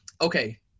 okay